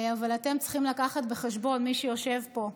אבל אתם צריכים להביא בחשבון, מי שיושבים פה,